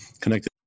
connected